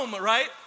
right